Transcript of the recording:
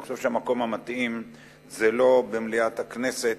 אני חושב שהמקום המתאים אינו מליאת הכנסת.